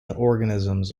organisms